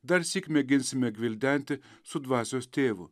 darsyk mėginsime gvildenti su dvasios tėvu